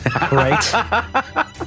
Right